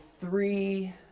three